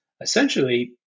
essentially